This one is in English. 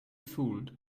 fooled